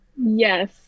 Yes